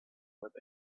with